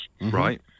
Right